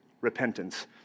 repentance